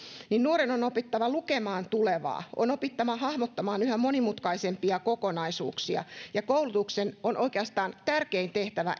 niin että nuoren on opittava lukemaan tulevaa on opittava hahmottamaan yhä monimutkaisempia kokonaisuuksia ja oikeastaan koulutuksen ehkä tärkein tehtävä